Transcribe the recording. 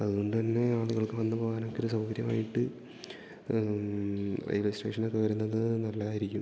അതുകൊണ്ട് തന്നെ ആള്കൾക്ക് വന്ന് പോവാനൊക്കൊര് സൗകര്യമായിട്ട് റെയിൽവേ സ്റ്റേഷനൊക്കെ വരുന്നത് നല്ലതായിരിക്കും